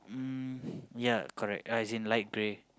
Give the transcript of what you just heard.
um ya correct as in light grey